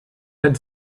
had